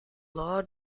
law